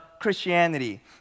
Christianity